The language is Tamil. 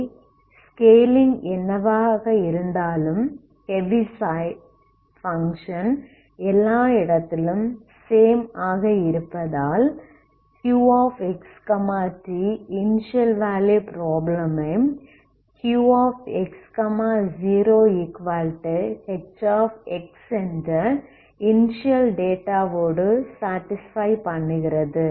இதன் படி ஸ்கேலிங் என்னவாக இருந்தாலும் ஹெவிசைட் பங்க்ஷன் எல்லா இடத்திலும் சேம் ஆக இருப்பதால் Qx t initial value problem ஐ Qx 0H என்ற இனிஸியல் டேட்டாவோடு சாடிஸ்ஃபை பண்ணுகிறது